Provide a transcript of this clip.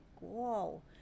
whoa